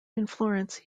florence